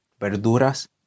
verduras